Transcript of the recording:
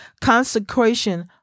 Consecration